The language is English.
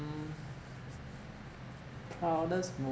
proudest